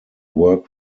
work